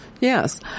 yes